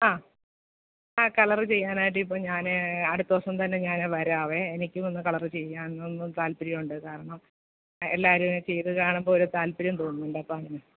ആ ആ കളറ് ചെയ്യാനായിട്ടിപ്പം ഞാൻ അടുത്ത ദിവസം തന്നെ ഞാൻ വരാവേ എനിക്കുവൊന്ന് കളറ് ചെയ്യാനൊന്നു താല്പര്യവുണ്ട് കാരണം എല്ലാവരും ചെയ്തത് കാണുമ്പോൾ ഒരു താല്പര്യം തോന്നുന്നുണ്ട് അപ്പം